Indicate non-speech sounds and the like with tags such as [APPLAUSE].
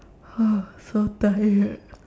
[NOISE] so tired